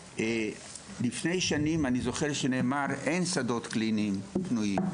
לפני שנים נאמר שאין שדות קליניים פנויים.